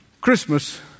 Christmas